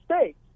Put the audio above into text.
States